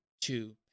two